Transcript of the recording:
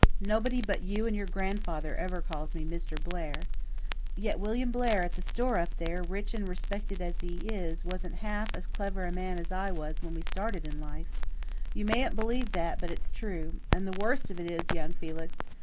nobody but you and your grandfather ever calls me mr. blair yet william blair at the store up there, rich and respected as he is, wasn't half as clever a man as i was when we started in life you mayn't believe that, but it's true. and the worst of it is, young felix,